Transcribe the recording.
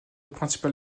principal